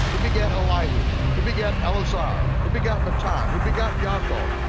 who begat like eliud, who begat eleazar, who begat matthan, who begat yaakov,